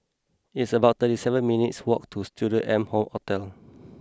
it's about thirty seven minutes' walk to Studio M hall Hotel